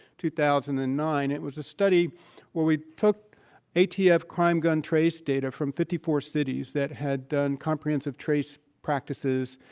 two thousand and nine. it was a study where we took atf crime gun trace data from fifty four cities that had done comprehensive trace practices